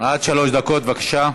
עד שלוש דקות, בבקשה.